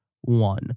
one